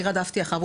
אני רדפתי אחריו.